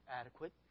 adequate